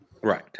Right